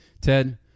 Ted